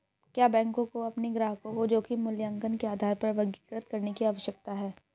क्या बैंकों को अपने ग्राहकों को जोखिम मूल्यांकन के आधार पर वर्गीकृत करने की आवश्यकता है?